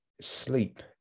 sleep